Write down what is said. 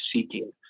seeking